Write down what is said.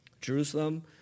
Jerusalem